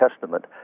Testament